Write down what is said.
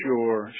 Sure